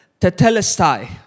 tetelestai